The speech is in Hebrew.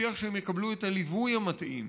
נבטיח שהם יקבלו את הליווי המתאים,